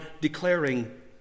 declaring